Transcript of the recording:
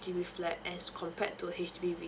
H_D_B flat as compared to H_D_B